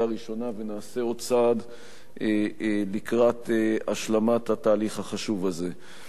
הראשונה ונעשה עוד צעד לקראת השלמת התהליך החשוב הזה.